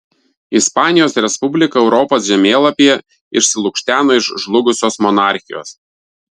ispanijos respublika europos žemėlapyje išsilukšteno iš žlugusios monarchijos